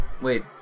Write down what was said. wait